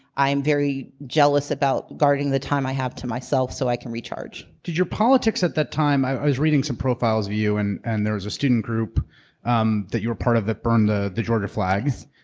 i'm very jealous about guarding the time i have to myself so i can recharge. did your politics at that time, i was reading some profiles of you, and and there was a student group um that you were a part of that burned ah the georgia flag.